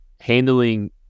handling